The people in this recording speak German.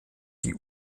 die